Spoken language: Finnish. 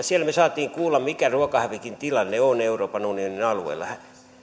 siellä me saimme kuulla mikä ruokahävikin tilanne on euroopan unionin alueella